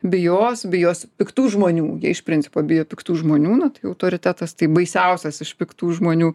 bijos bijos piktų žmonių iš principo bijo piktų žmonių na tai autoritetas tai baisiausias iš piktų žmonių